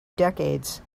decades